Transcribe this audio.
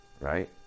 right